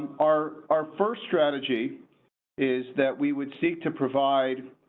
our, our first strategy is that we would seek to provide.